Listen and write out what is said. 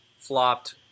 flopped